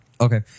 Okay